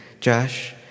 Josh